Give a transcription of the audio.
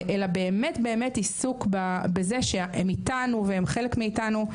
אלא באמת עיסוק בזה שהם איתנו והם חלק מאיתנו.